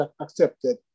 accepted